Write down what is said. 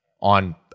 on